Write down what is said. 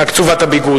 קצובת הביגוד,